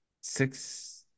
six